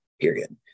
period